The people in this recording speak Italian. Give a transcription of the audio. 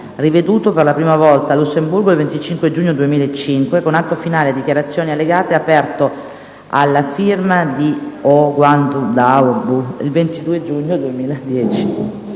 riveduto per la prima volta a Lussemburgo il 25 giugno 2005, con Atto finale e dichiarazioni allegate, aperto alla firma a Ouagadougou il 22 giugno 2010***